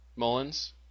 Mullins